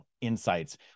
insights